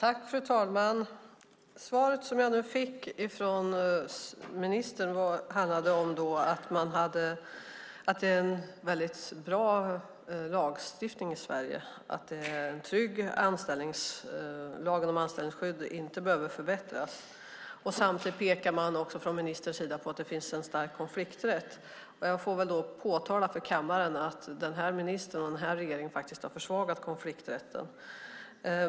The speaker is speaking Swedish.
Fru talman! Svaret som jag nu fick från ministern handlade om att det är en väldigt bra lagstiftning i Sverige, att lagen om anställningsskydd inte behöver förbättras. Samtidigt pekar ministern på att det finns en stark konflikträtt. Jag får väl då påtala för kammaren att den här ministern och den här regeringen faktiskt har försvagat konflikträtten.